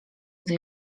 gdy